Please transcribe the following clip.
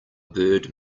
bird